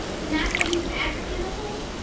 the massive use of agrochemicals,